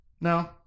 No